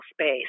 space